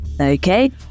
okay